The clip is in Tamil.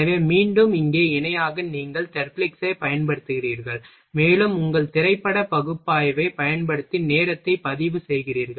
எனவே மீண்டும் இங்கே இணையாக நீங்கள் தெர்ப்லிக்ஸைப் பயன்படுத்துகிறீர்கள் மேலும் உங்கள் திரைப்பட பகுப்பாய்வைப் பயன்படுத்தி நேரத்தை பதிவு செய்கிறீர்கள்